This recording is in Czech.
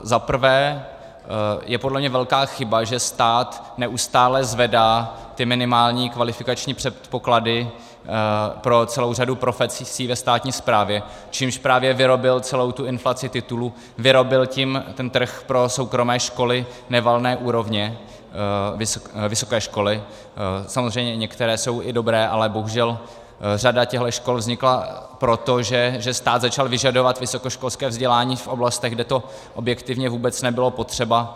Zaprvé je podle mě velká chyba, že stát neustále zvedá minimální kvalifikační předpoklady pro celou řadu profesí ve státní správě, čímž právě vyrobil celou tu inflaci titulů, vyrobil tím trh pro soukromé vysoké školy nevalné úrovně samozřejmě některé jsou i dobré, ale bohužel řada těchhle škol vznikla proto, že stát začal vyžadovat vysokoškolské vzdělání v oblastech, kde to objektivně vůbec nebylo potřeba.